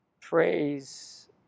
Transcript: Praise